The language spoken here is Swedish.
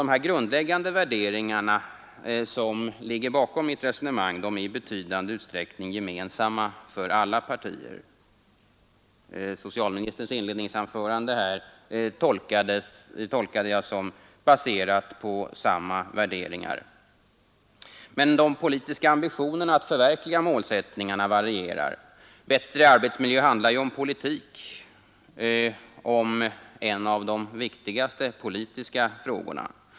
De grundläggande värderingar som ligger bakom mitt resonemang är i betydande utsträckning gemensamma för alla partier. Socialministerns inledningsanförande tolkade jag som baserat på samma värderingar. Men den politiska ambitionen att förverkliga målsättningarna varierar. Bättre arbetsmiljö handlar ju om politik, om en av de viktigaste politiska frågorna.